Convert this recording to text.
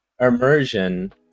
immersion